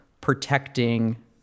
protecting